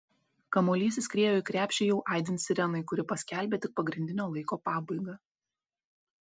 kamuolys įskriejo į krepšį jau aidint sirenai kuri paskelbė tik pagrindinio laiko pabaigą